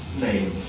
name